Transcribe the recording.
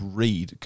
read